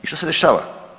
I što se dešava?